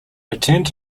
returned